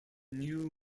new